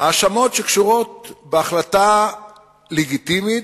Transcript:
האשמות שקשורות להחלטה לגיטימית,